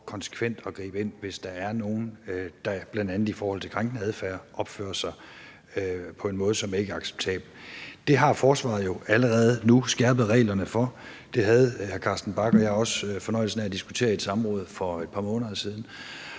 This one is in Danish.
man kan, for konsekvent at gribe ind, hvis der er nogle, der bl.a. i forhold til krænkende adfærd opfører sig på en måde, som ikke er acceptabel. Det har forsvaret jo allerede nu skærpet reglerne for, og det havde hr. Carsten Bach og jeg også fornøjelsen af at diskutere i et samråd for et par måneder siden.